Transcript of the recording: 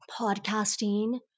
podcasting